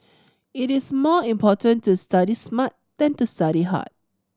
it is more important to study smart than to study hard